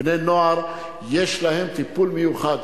בני-נוער, יש להם טיפול מיוחד.